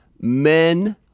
men